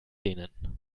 denen